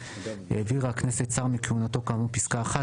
העבירה הכנסת שר מכהונתו כאמור בפסקה (1),